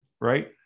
right